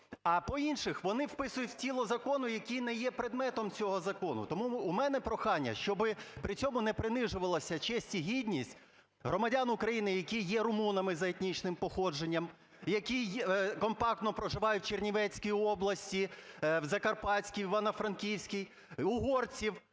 а по інших вони вписують в тіло закону, який не є предметом цього закону. Тому у мене прохання, щоб при цьому не принижувалася честь і гідність громадян України, які є румунами за етнічним походженням, які компактно проживають у Чернівецькій області, в Закарпатській, в Івано-Франківській, угорців,